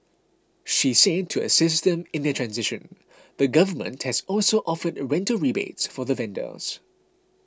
she said that to assist them in their transition the government has also offered rental rebates for the vendors